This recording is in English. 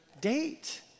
date